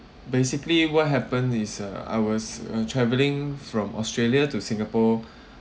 basically what happens is uh I was uh travelling from australia to singapore